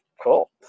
cool